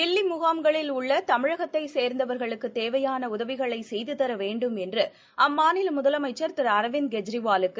தில்லி முகாம்களில் உள்ள தமிழகத்தை சேர்ந்தவர்களுக்கு தேவையாள உதவிகளை செய்து தர வேண்டும் என்று அம்மாநில முதலமைச்சா் திரு அரவிந்த் கெஜ்ரிவாலுக்கு